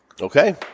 Okay